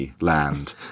land